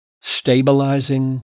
stabilizing